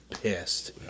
pissed